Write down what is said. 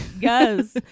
yes